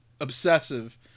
obsessive